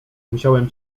musiałem